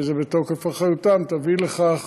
שזה בתוקף אחריותם, תביא לכך